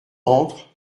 entrent